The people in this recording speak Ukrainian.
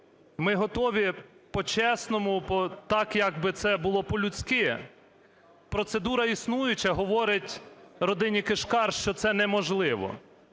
Ми готові по-чесному, так, як би це було по-людськи. Процедура існуюча говорить родині Кишкар, що це неможливо.